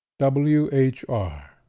W-H-R